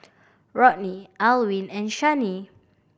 Rodney Alwin and Shani